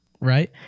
Right